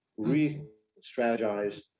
re-strategize